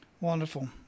Wonderful